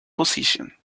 position